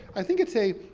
i think it's a,